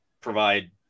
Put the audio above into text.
provide